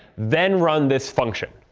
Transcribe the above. then run this function,